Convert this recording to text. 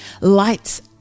lights